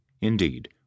Indeed